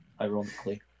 ironically